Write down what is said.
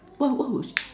what what would she